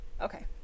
okay